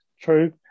True